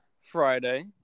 Friday